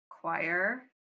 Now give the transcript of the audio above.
choir